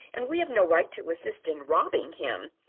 and we have no right to assist in robbing him.